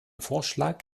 vorschlag